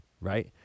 right